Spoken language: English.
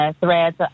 Threads